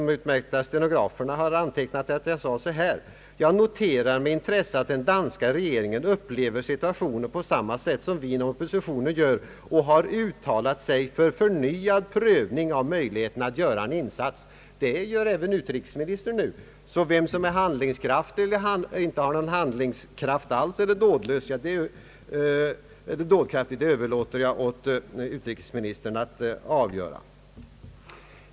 De utmärkta stenograferna har antecknat att jag sade: »Jag noterar med intresse att den danska regeringen upplever situationen på samma sätt som vi inom oppositionen gör och har uttalat sig för förnyad prövning av möjligheterna att göra en insats.» Den uppfattningen tycks även utrikesministern ha nu. Jag överlåter alltså åt utrikesministern själv att avgöra vem som är handlingskraftig och vem som inte har någon handlingskraft alls.